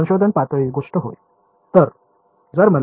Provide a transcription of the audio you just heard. संशोधन पातळी गोष्ट होय